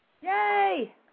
Yay